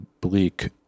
bleak